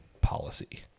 policy